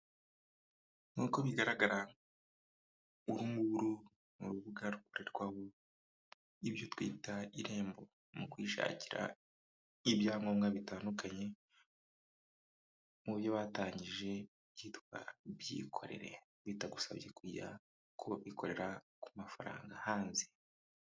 Nk'uko bigaragara uru nguru ni urubuga rukorerwaho ibyo twita irembo, mu kwishakira ibyangombwa bitandukanye, mu byo batangije, byitwa byikorere bitagusabye kujya ku babikorera ku mafaranga hanze.